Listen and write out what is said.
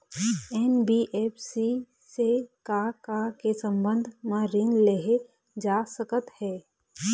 NBFC से का का के संबंध म ऋण लेहे जा सकत हे?